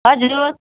हजुर हो